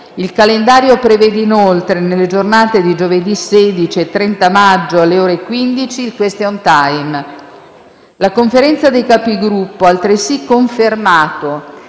Il calendario prevede inoltre, nelle giornate di giovedì 16 e 30 maggio, alle ore 15, il *question time*. La Conferenza dei Capigruppo ha altresì confermato